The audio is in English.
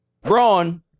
Braun